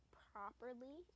properly